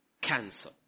cancer